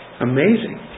Amazing